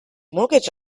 mortgage